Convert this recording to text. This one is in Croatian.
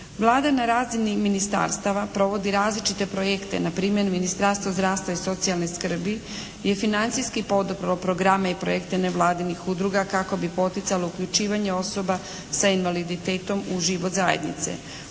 Vlada na razini ministarstava provodi različite projekte, na primjer Ministarstvo zdravstva i socijalne skrbi je financijski poduprlo programe i projekte nevladinih udruga kako bi poticalo uključivanje osoba sa invaliditetom u život zajednice.